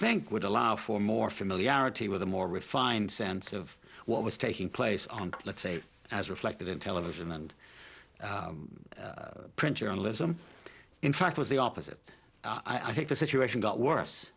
think would allow for more familiarity with a more refined sense of what was taking place on let's say as reflected in television and print journalism in fact was the opposite i think the situation got worse